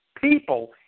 people –